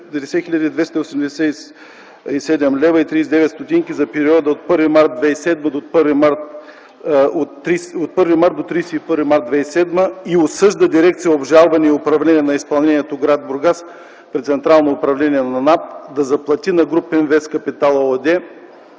за периода от 1 до 31 март 2007 г. и осъжда Дирекция „Обжалване и управление на изпълнението” в град Бургас при Централното управление на НАП да заплати на „Груп Инвест Капитал” ООД